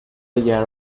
yer